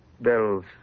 Bells